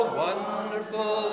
wonderful